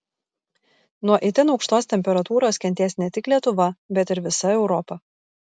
nuo itin aukštos temperatūros kentės ne tik lietuva bet ir visa europa